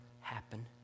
happen